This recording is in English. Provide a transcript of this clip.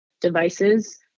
devices